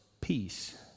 peace